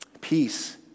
Peace